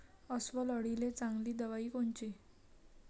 अस्वल अळीले चांगली दवाई कोनची?